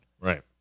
Right